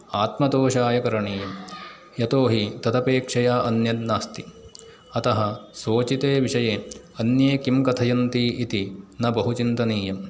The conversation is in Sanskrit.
आत्मतोषाय करणीयं यतो हि तदपेक्षया अन्यन्नास्ति अतः सोचिते विषये अन्ये किं कथयन्ति इति न बहु चिन्तनीयम्